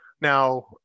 Now